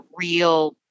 real